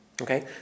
Okay